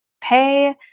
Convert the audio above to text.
pay